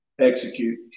Execute